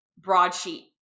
Broadsheet